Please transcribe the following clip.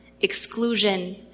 exclusion